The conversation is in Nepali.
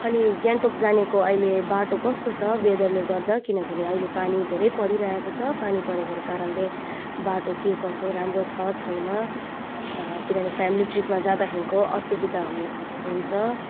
अनि गान्तोक जानेको अहिले बाटो कस्तो छ वेदरले गर्दा किनभने अहिले पानी धेरै परिरहेको छ पानी परेको कारणले बाटो के कसो राम्रो छ छैन किनभने फ्यामिली ट्रिपमा जाँदाखेरिको असुविधा हुन् हुन्छ